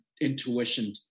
intuition